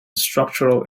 structural